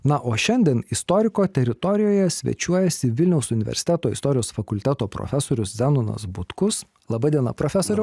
na o šiandien istoriko teritorijoje svečiuojasi vilniaus universiteto istorijos fakulteto profesorius zenonas butkus laba diena profesoriau